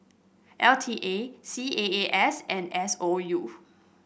L T A C A A S and S O U